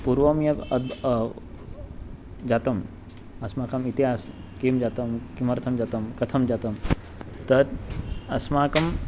पूर्वं यद् अद् जातम् अस्माकम् इतिहास् किं जातं किमर्थं जातं कथं जातं तत् अस्माकं